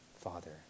Father